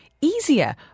easier